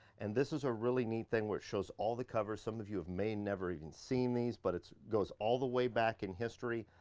and this is a really neat thing where it shows all the covers. some of you have may never even seen these but it goes all the way back in history.